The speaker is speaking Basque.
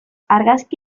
argazki